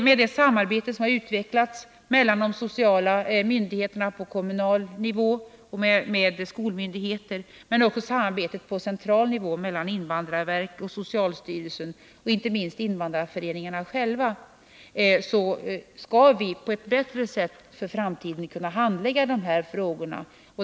Med det samarbete som utvecklats på kommunal nivå mellan de sociala myndigheterna och skolmyndigheterna, liksom på central nivå mellan invandrarverket och socialstyrelsen, och inte minst med det arbete som utförs av invandrarföreningarna tror jag att vi för framtiden skall kunna handlägga de här frågorna på ett bättre sätt.